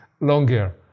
longer